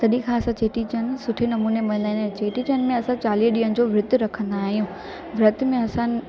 तॾहिं खां असां चेटीचंड सुठे नमूने मल्हाईंदा आहियूं चेटीचंड में असां चालीह ॾीहनि जो विर्त रखंदा आयूं विर्त में असां